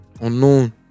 unknown